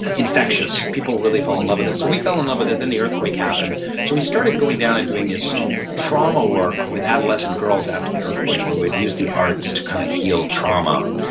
infectious. people really fall in love with it. so we fell in love with it and then the earthquake happened. so we started going down and doing this trauma work with adolescent girls after the earthquake, where we'd use the arts to kind of heal trauma.